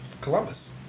Columbus